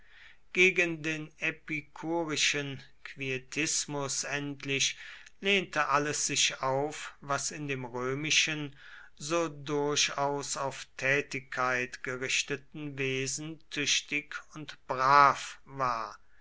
gegen den epikurischen quietismus endlich lehnte alles sich auf was in dem römischen so durchaus auf tätigkeit gerichteten wesen tüchtig und brav war